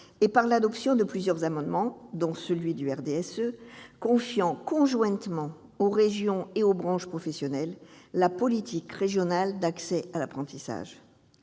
et par l'adoption de plusieurs amendements, dont celui du RDSE, visant à confier conjointement aux régions et aux branches professionnelles la politique régionale d'accès à l'apprentissage.